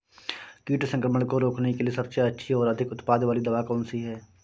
कीट संक्रमण को रोकने के लिए सबसे अच्छी और अधिक उत्पाद वाली दवा कौन सी है?